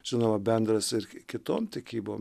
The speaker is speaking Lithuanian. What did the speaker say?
žinoma bendras ir kitom tikybom